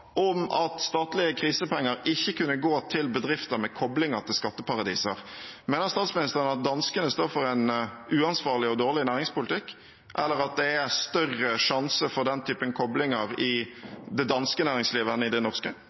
om at statlige krisepenger ikke kunne gå til bedrifter med koblinger til skatteparadiser. Mener statsministeren at danskene står for en uansvarlig og dårlig næringspolitikk, eller at det er større sjanse for den typen koblinger i det danske næringslivet enn i det norske?